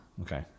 Okay